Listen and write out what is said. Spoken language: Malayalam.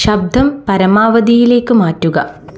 ശബ്ദം പരമാവധിയിലേക്ക് മാറ്റുക